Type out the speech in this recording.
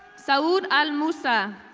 saoud elmoussa,